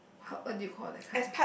pub what do you call that kind